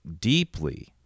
deeply